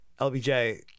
LBJ